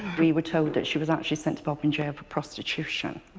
we were told that she was actually sent to bodmin jail for prostitution.